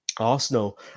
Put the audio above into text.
Arsenal